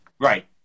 Right